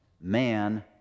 Man